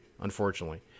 unfortunately